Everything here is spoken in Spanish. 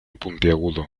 puntiagudo